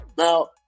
Now